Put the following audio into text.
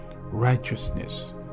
righteousness